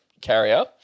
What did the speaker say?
carrier